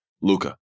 Luca